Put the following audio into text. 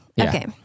Okay